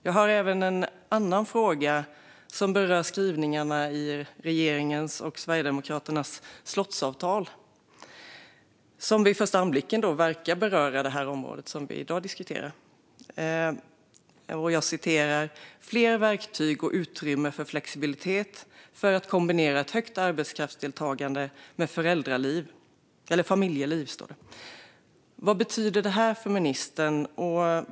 Jag har även en fråga som berör en skrivning i regeringens och Sverigedemokraternas slottsavtal, som vid första anblicken verkar beröra det område som vi diskuterar i dag: "Fler verktyg och utrymme för flexibilitet för att kombinera ett högt arbetsmarknadsdeltagande med familjeliv." Vad betyder detta för ministern?